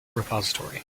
repository